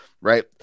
right